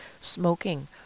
smoking